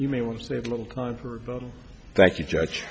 you may want to save a little time for thank you judge